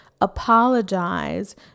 apologize